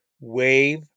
wave